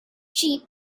cheap